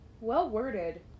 well-worded